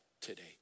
today